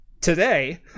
today